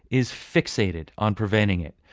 is fixated on preventing it.